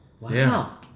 wow